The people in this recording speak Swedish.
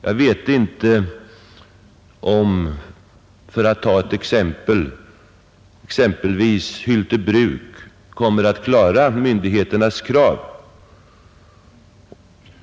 Jag vet inte om — för att ta ett exempel — Hylte bruk kommer att klara myndigheternas krav.